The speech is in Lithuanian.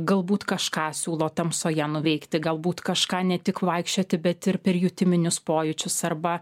galbūt kažką siūlo tamsoje nuveikti galbūt kažką ne tik vaikščioti bet ir per jutiminius pojūčius arba